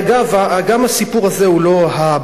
אגב, גם הסיפור הזה הוא לא הבעיה.